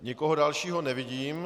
Nikoho dalšího nevidím.